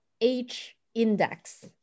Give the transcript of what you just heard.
H-Index